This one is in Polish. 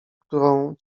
którą